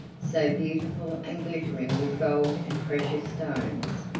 so beautiful and glittering with gold and precious stones,